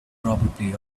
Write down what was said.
probably